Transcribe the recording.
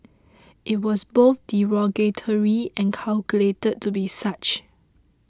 it was both derogatory and calculated to be such